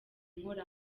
nkora